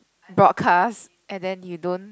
broadcast and then you don't